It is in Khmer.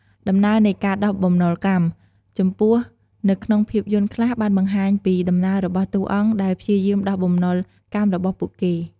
ដំណើរនៃការដោះបំណុលកម្ម ចំពោះនៅក្នុងភាពយន្តខ្លះបានបង្ហាញពីដំណើររបស់តួអង្គដែលព្យាយាមដោះបំណុលកម្មរបស់ពួកគេ។